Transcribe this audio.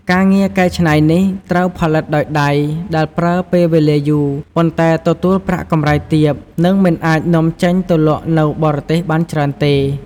ការងារកែច្នៃនេះត្រូវផលិតដោយដៃដែលប្រើពេលវេលាយូរ ប៉ុន្តែទទួលប្រាក់កម្រៃទាប និងមិនអាចនាំចេញទៅលក់នៅបរទេសបានច្រើនទេ។